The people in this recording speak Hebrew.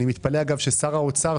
אני מתפלא ששר האוצר,